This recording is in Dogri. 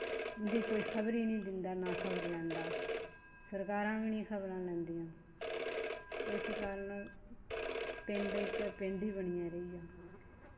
उंदी कोई खबर ही नेईं दिंदा ना खबर लैंदा सरकारां वी निं खबरां लैंदियां इस कारण पिंड इक पिंड ही बनियै रेही जंदा